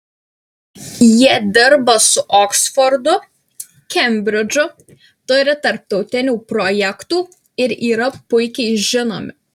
jie dirba su oksfordu kembridžu turi tarptautinių projektų ir yra puikiai žinomi